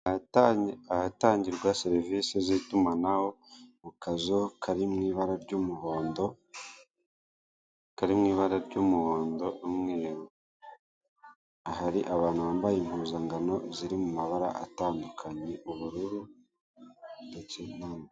Ahatangirwa serivise z'itumanaho mu kazu kari mu ibara ry'umuhondo n'umweru ahari abantu bambaye impuzankano ziri mu mabara atandukanye, ubururu ndetse...